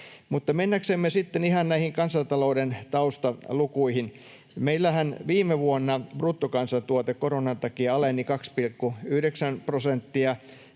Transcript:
mennäksemme sitten ihan näihin kansantalouden taustalukuihin: Meillähän viime vuonna bruttokansantuote koronan takia aleni 2,9 prosenttia.